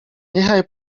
niechaj